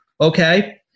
Okay